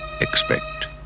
expect